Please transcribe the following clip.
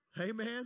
Amen